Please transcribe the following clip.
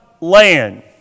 land